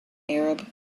arab